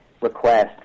request